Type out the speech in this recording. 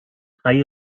drei